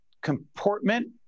comportment